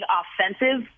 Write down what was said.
offensive